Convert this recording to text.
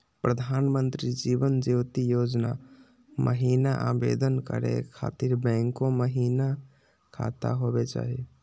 प्रधानमंत्री जीवन ज्योति योजना महिना आवेदन करै खातिर बैंको महिना खाता होवे चाही?